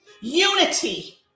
unity